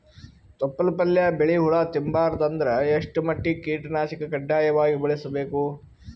ತೊಪ್ಲ ಪಲ್ಯ ಬೆಳಿ ಹುಳ ತಿಂಬಾರದ ಅಂದ್ರ ಎಷ್ಟ ಮಟ್ಟಿಗ ಕೀಟನಾಶಕ ಕಡ್ಡಾಯವಾಗಿ ಬಳಸಬೇಕು?